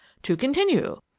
to continue!